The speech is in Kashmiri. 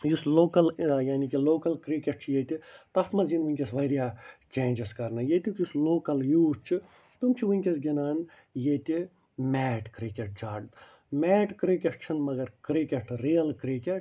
یُس لوکل ٲں یعنی کہِ لوکل کِرکٹ چھُ ییٚتہِ تتھ منٛز یِنۍ وُنٛکیٚس وارِیاہ چینٛجٕز کرنہٕ ییٚتیٛک یُس لوکل یوٗتھ چھُ تِم چھِ وُنٛکیٚس گِنٛدان ییٚتہِ میٹ کِرکٹ میٹ کِرکٹ چھُنہٕ مگر کِرکٹ ریل کِرکٹ